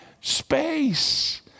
space